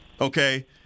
okay